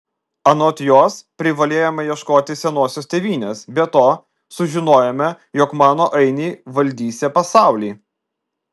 anot jos privalėjome ieškoti senosios tėvynės be to sužinojome jog mano ainiai valdysią pasaulį